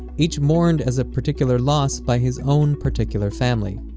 each mourned as a particular loss by his own particular family.